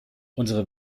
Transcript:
unsere